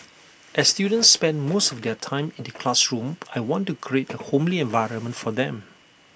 as students spend most of their time in the classroom I want to create A homely environment for them